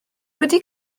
wedi